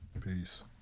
Peace